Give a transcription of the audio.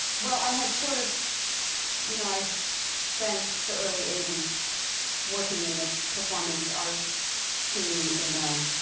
well, i had sort of you know, i so spent the early eighty s working in the performance art scene in the